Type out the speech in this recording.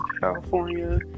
california